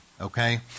okay